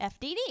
FDD